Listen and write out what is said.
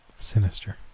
Sinister